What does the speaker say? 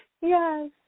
Yes